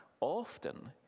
Often